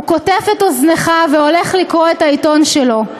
הוא קוטף את אוזנך, והולך לקרוא את העיתון שלו.